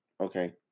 okay